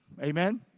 Amen